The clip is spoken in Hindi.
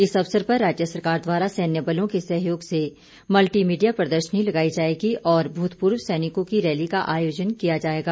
इस अवसर पर राज्य सरकार द्वारा सैन्य बलों के सहयोग से मल्टी मीडिया प्रदर्शनी लगाई जाएगी और भूतपूर्व सैनिकों की रैली का आयोजन किया जाएगा